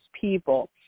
people